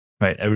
right